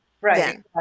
Right